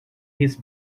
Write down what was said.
his